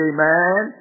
Amen